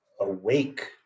awake